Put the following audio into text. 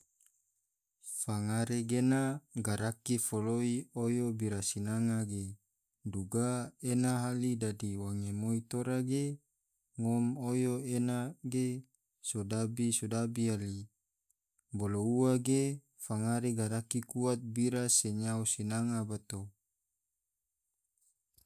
Fangare gena garaki foloi oyo bira sinanga ge, duga ena hali dadi wange moi tora ge, ngom oyo gena sodabi-sodabi yali, bolo ua ge fangare garaki kuat bira se nyao sinanga bato.